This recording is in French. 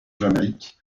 jamaïque